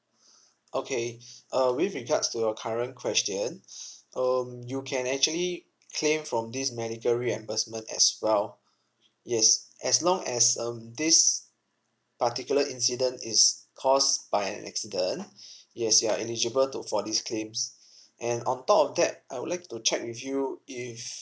okay uh with regards to your current question um you can actually claim from this medical reimbursement as well yes as long as um this particular incident is caused by an accident yes you are eligible to for these claims and on top of that I would like to check with you if